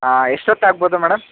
ಹಾಂ ಎಷ್ಟು ಹೊತ್ತು ಆಗ್ಬೋದು ಮೇಡಮ್